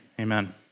Amen